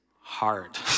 hard